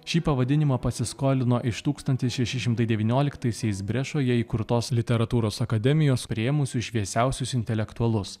šį pavadinimą pasiskolino iš tūkstantis šeši šimtai devynioliktaisiais brešoje įkurtos literatūros akademijos priėmusių šviesiausius intelektualus